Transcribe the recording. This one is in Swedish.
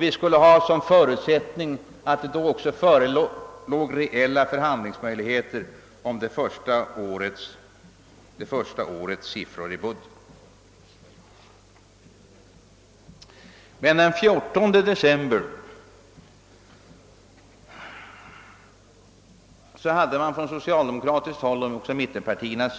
Vi skulle ha som förutsättning att det då också skulle föreligga reella förhandlingsmöjligheter om det första årets siffror i budgeten. Den 14 december hade socialdemokraterna och mittenpartierna